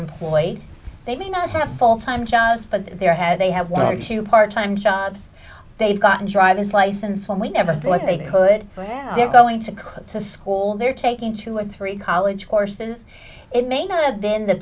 employed they may not have a full time jobs but they're had they have one or two part time jobs they've got a driver's license when we never thought they could they're going to could school they're taking two or three college courses it may not have been the